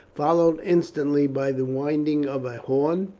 followed instantly by the winding of a horn,